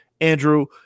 Andrew